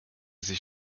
sich